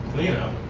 leo.